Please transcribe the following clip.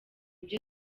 byo